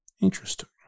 Interesting